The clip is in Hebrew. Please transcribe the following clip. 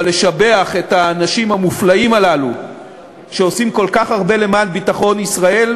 אבל לשבח את האנשים המופלאים הללו שעושים כל כך הרבה למען ביטחון ישראל,